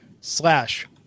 slash